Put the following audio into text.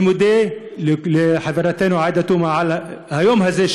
אני מודה לחברתנו עאידה תומא סלימאן על היום הזה,